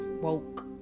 woke